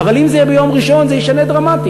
אבל אם זה יהיה ביום ראשון זה ישנה דרמטית.